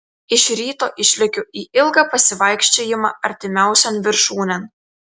iš ryto išlekiu į ilgą pasivaikščiojimą artimiausion viršūnėn